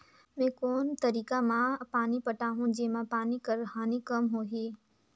मैं कोन तरीका म पानी पटाहूं जेमा पानी कर हानि कम होही?